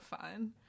fun